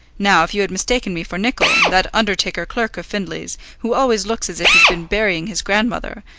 now, if you had mistaken me for nicol, that undertaker clerk of findlay's, who always looks as if he's been burying his grandmother,